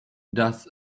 does